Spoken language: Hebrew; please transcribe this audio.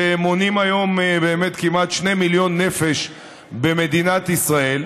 שמונים היום באמת כמעט 2 מיליון נפש במדינת ישראל,